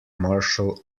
martial